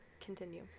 continue